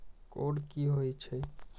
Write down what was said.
Code की होय छै?